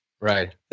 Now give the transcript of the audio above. Right